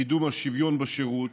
לקידום השוויון בשירות